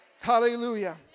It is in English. Hallelujah